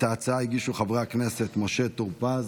את ההצעה הגישו חברי הכנסת משה טור פז,